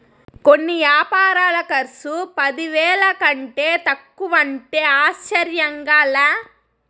కొన్ని యాపారాల కర్సు పదివేల కంటే తక్కువంటే ఆశ్చర్యంగా లా